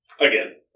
Again